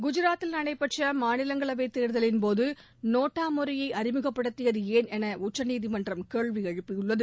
குஜராத்தில் நடைபெற்ற மாநிலங்களவை தேர்தலின்போது நோட்டா முறையை அறிமுகப்படுத்தியது ஏன் என உச்சநீதிமன்றம் கேள்வி எழுப்பியுள்ளது